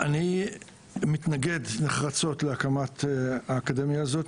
אני מתנגד נחרצות להקמת האקדמיה הזאת.